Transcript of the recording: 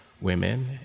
women